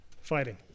fighting